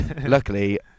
luckily